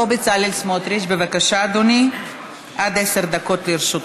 הדיון עובר לוועדת